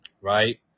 right